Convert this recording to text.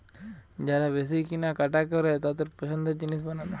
যারা বেশি কিনা কাটা করে তাদের পছন্দের জিনিস বানানো